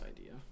idea